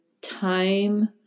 time